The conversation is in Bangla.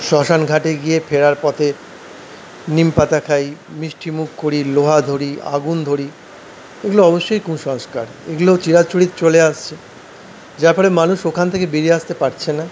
শ্মশান ঘাটে গিয়ে ফেরার পথে নিমপাতা খাই মিষ্টিমুখ করি লোহা ধরি আগুন ধরি এগুলো অবশ্যই কুসংস্কার এগুলো চিরাচরিত চলে আসছে যার ফলে মানুষ ওখান থেকে বেড়িয়ে আসতে পারছে না